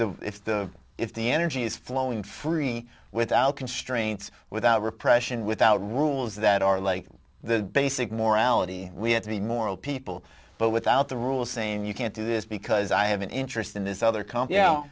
the if the if the energy is flowing freely without constraints without repression without rules that are like the basic more ality we have to be moral people but without the rule saying you can't do this because i have an interest in this other